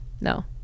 no